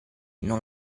non